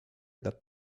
that